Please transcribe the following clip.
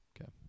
okay